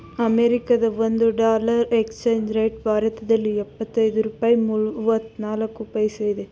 ಅಮೆರಿಕದ ಒಂದು dollar exchange rate ಭಾರತದಲ್ಲಿ ಎಪ್ಪತ್ತೈದು ರೂಪಾಯಿ ಮೂವ್ನಾಲ್ಕು ಪೈಸಾ ಇದೆ